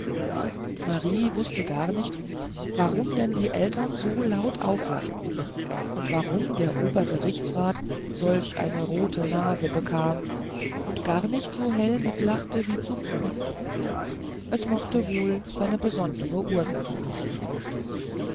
marie wußte gar nicht warum denn die eltern so laut auflachten und warum der obergerichtsrat solch eine rote nase bekam und gar nicht so hell mitlachte wie zuvor es mochte wohl seine besondere ursache haben